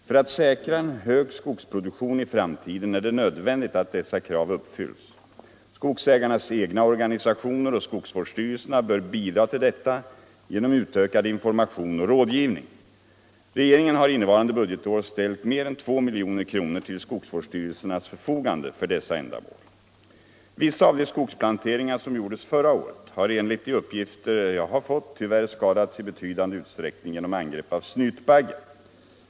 För att säkra en hög skogsproduktion i framtiden är det nödvändigt att dessa krav uppfylls. Skogsägarnas egna organisationer och skogsvårdsstyrelserna bör bidra till detta genom utökad information och rådgivning. Regeringen har innevarande budgetår ställt mer än 2 milj.kr. till skogsvårdsstyrelsens förfogande för dessa ändamål. Vissa av de skogsplanteringar som gjordes förra året har enligt de uppgifter jag har fått tyvärr skadats i betydande utsträckning genom angrepp av snytbagge.